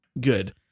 good